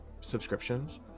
subscriptions